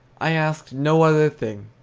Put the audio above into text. i asked no other thing,